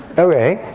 ok.